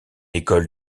école